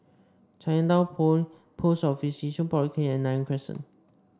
Chinatown Point Post Office Yishun Polyclinic and Nanyang Crescent